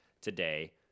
Today